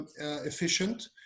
efficient